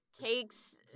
Takes